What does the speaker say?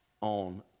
on